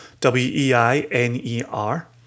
W-E-I-N-E-R